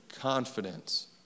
Confidence